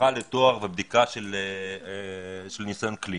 הסמכה לתואר ובדיקה של ניסיון קליני.